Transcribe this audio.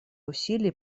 усилий